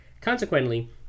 Consequently